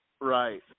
Right